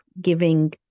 giving